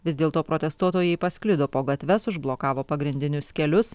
vis dėlto protestuotojai pasklido po gatves užblokavo pagrindinius kelius